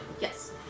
Yes